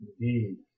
Indeed